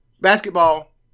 basketball